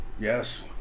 Yes